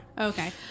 Okay